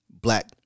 black